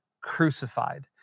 crucified